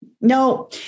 no